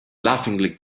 laughingly